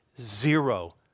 Zero